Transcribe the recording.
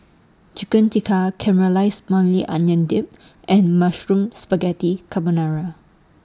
Chicken Tikka Caramelized Maui Onion Dip and Mushroom Spaghetti Carbonara